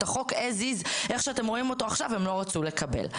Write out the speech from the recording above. את החוק as is איך שאתם רואים אותו עכשיו הם לא רצו לקבל.